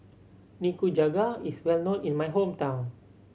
Nikujaga is well known in my hometown